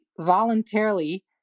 voluntarily